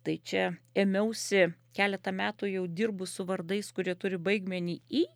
tai čia ėmiausi keletą metų jau dirbu su vardais kurie turi baigmenį ij